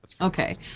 Okay